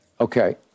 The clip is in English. Okay